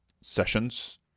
sessions